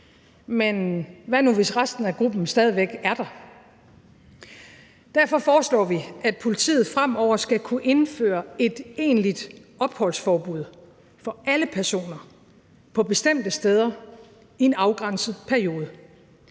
men hvad nu, hvis resten af gruppen stadig væk er der? Derfor foreslår vi, at politiet fremover skal kunne indføre et egentligt opholdsforbud for alle personer på bestemte steder i en afgrænset periode.